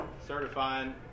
certifying